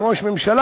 עם ראש ממשלה,